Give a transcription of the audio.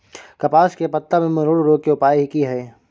कपास के पत्ता में मरोड़ रोग के उपाय की हय?